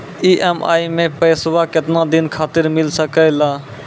EMI मैं पैसवा केतना दिन खातिर मिल सके ला?